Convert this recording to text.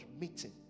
meeting